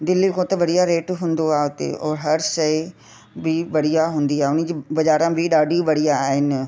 दिल्ली खां त बढ़िया रेट हूंदो आहे हुते और हर शइ बि बढ़िया हूंदी आहे उनजी बाजारा बि ॾाढी बढ़िया आहिनि